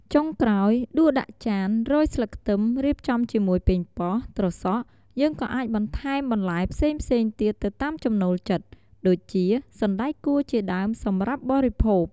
ចុងក្រោយ ដួសដាក់ចាន រោយស្លឹកខ្ទឹម រៀបចំជាមួយប៉េងប៉ោះ ត្រសក់ យើងក៏អាចបន្ថែមបន្លែផ្សេងៗទៀតទៅតាមចំណូលចិត្ត ដូចជា សណ្តែកគួរជាដើម សម្រាប់បរិភោគ។